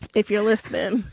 if you're listening.